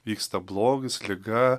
vyksta blogis liga